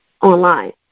online